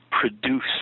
produce